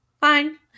Fine